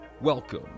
Welcome